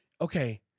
okay